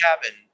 cabin